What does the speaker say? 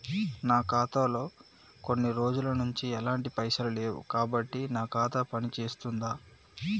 నా ఖాతా లో కొన్ని రోజుల నుంచి ఎలాంటి పైసలు లేవు కాబట్టి నా ఖాతా పని చేస్తుందా?